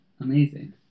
amazing